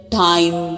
time